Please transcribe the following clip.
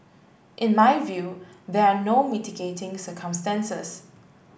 in my view there are no mitigating circumstances